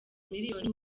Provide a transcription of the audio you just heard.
miliyoni